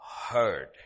heard